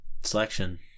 selection